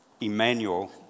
Emmanuel